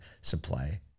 supply